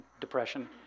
depression